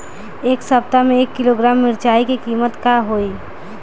एह सप्ताह मे एक किलोग्राम मिरचाई के किमत का होई?